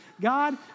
God